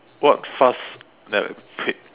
what fast that fit